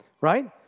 right